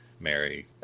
Mary